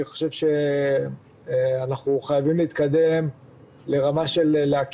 אני חושב שאנחנו חייבים להתקדם ולהכיר